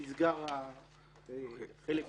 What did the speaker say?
הם נמצאים ליד מתנ"סים,